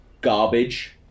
Garbage